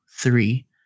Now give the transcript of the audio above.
three